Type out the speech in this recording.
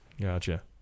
Gotcha